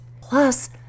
plus